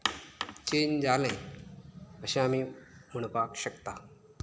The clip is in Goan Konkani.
चेंन्ज जालें अशें आमी म्हणपाक शकता